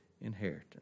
inheritance